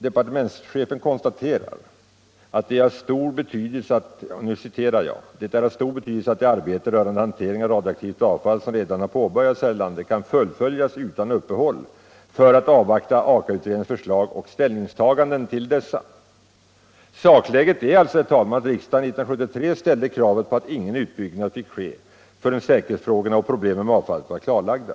Departementschefen konstaterar: ”Det är av stor betydelse att det arbete rörande hanteringen av radioaktivt avfall som redan har påbörjats här i landet kan fullföljas utan uppehåll för att avvakta Aka-utredningens förslag och ställningstaganden till dessa.” Sakläget är alltså att riksdagen år 1973 ställde krav på att ingen utbyggnad fick ske förrän säkerhetsfrågorna och problemen med avfallet var klarlagda.